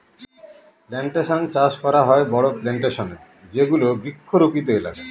plantation চাষ করা হয় বড়ো প্লানটেশনে যেগুলো বৃক্ষরোপিত এলাকা